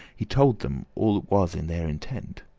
he told them all that was in their intent.